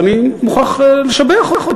ואני חייב לשבח אותו,